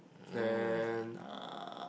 then uh